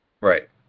Right